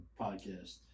podcast